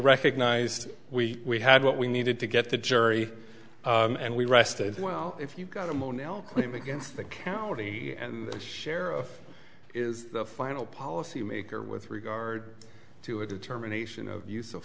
recognized we had what we needed to get the jury and we rested well if you've got a mono claim against the county and the sheriff is the final policymaker with regard to a determination of use of